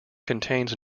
contains